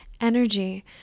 energy